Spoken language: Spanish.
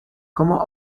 como